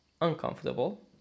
uncomfortable